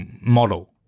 model